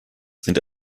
sind